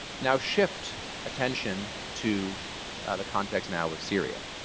now shift attention to the context now with syria.